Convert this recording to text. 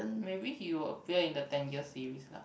maybe he will appear in the ten year series lah